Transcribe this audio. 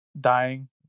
dying